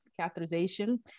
catheterization